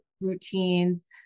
routines